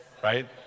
Right